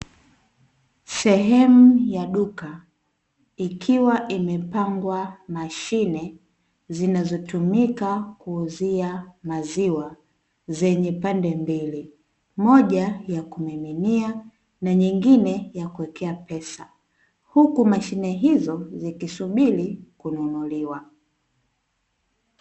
Sehemu ya duka, ikiwa imepangwa mashine, zinazotumika kuuzia maziwa, zenye pande mbili. Moja ya kumiminia, na nyingine ya kuwekea pesa. Huku mashine hizo zikisubiri kununuliwa.